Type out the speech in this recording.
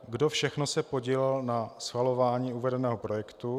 Kdo všechno se podílel na schvalování uvedeného projektu?